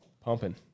pumping